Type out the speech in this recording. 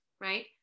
right